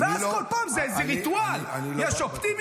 אני לא --- ואז בכל פעם זה ריטואל: יש אופטימיות,